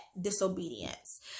disobedience